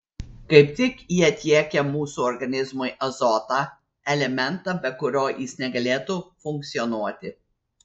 kaip tik jie tiekia mūsų organizmui azotą elementą be kurio jis negalėtų funkcionuoti